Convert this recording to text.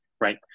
right